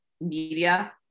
media